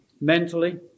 mentally